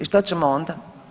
I šta ćemo onda?